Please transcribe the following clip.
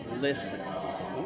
listens